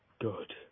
Good